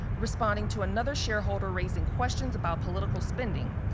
responding to another shareholder raising questions about political spending,